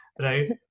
right